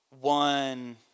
one